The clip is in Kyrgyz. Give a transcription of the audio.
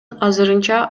азырынча